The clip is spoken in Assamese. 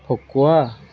ভকোৱা